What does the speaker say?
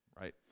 right